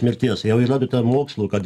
mirties jau įrodyta mokslu kad